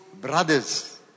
brother's